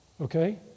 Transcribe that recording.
Okay